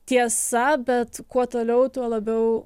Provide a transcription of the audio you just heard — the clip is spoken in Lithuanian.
tiesa bet kuo toliau tuo labiau